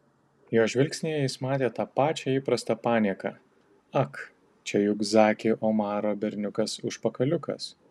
jo žvilgsnyje jis matė tą pačią įprastą panieką ak čia juk zaki omaro berniukas užpakaliukas